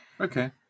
Okay